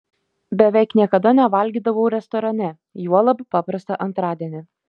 beveik niekada nevalgydavau restorane juolab paprastą antradienį